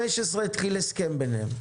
התחיל הסכם ביניהם.